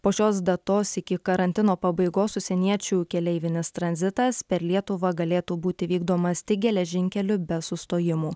po šios datos iki karantino pabaigos užsieniečių keleivinis tranzitas per lietuvą galėtų būti vykdomas tik geležinkeliu be sustojimų